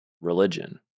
religion